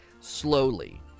slowly